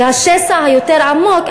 והשסע היותר-עמוק,